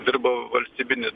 dirba valstybinį